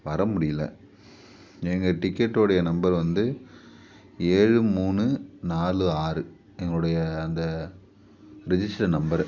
வர முடியிலை எங்கள் டிக்கெட்டோடைய நம்பர் வந்து ஏழு மூணு நாலு ஆறு எங்களுடைய அந்த ரிஜிஸ்டர் நம்பரு